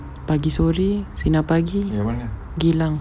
pagi sorry sinar pagi geylang